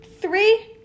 three